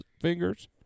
fingers